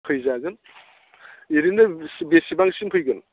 फैजागोन एरैनो बेसेबांसिम फैगोन